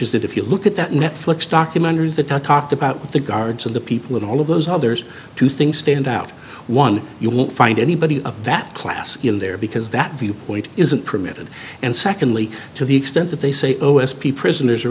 is that if you look at that net flix document or the talked about the guards of the people and all of those others two things stand out one you won't find anybody of that class in there because that viewpoint isn't permitted and secondly to the extent that they say o s p prisoners are